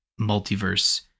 multiverse